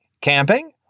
camping